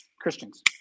Christians